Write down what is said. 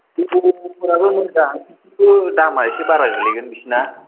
भिभ' अप्प'फोराबो मोजां खिन्थु दामआ एसे बारा गोग्लैगोन बिसोरना